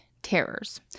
terrors